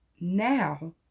now